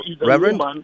Reverend